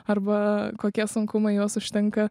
arba kokie sunkumai juos užtinka